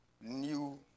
new